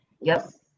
Yes